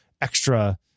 extra